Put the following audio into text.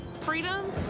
Freedom